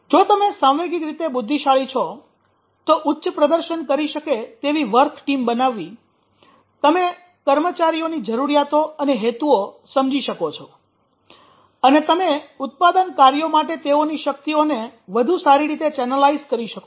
જો તમે સાંવેગિક રીતે રીતે બુદ્ધિશાળી છો તો ઉચ્ચ પ્રદર્શન કરી શકે તેવી વર્ક ટીમ બનાવી તમે કર્મચારીઓની જરૂરિયાતો અને હેતુઓ સમજી શકો છો અને તમે ઉત્પાદન કાર્યો માટે તેઓની શક્તિઓને વધુ સારી રીતે ચેનલાઇઝ કરી શકો છો